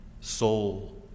soul